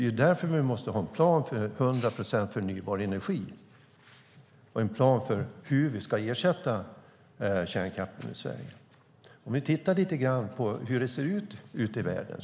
Därför måste vi ha en plan för 100 procent förnybar energi och för hur vi ska ersätta kärnkraften i Sverige. Låt oss titta lite på hur det ser ut i världen.